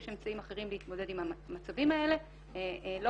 אני לא רואה טעם כרגע אגב התיקון של החוק הצרכני לבוא